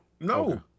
No